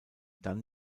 dann